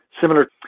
similar